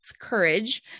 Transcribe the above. Courage